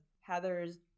heather's